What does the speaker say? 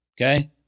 Okay